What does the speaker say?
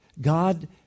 God